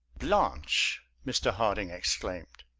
blanche! mr. harding exclaimed.